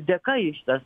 dėka ji šitas